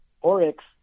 Oryx